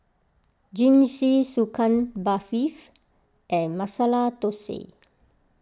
Jingisukan Barfi and Masala Dosa